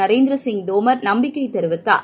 நரேந்திர சிங் தோமர் நம்பிக்கை தெரிவித்தார்